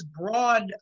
broad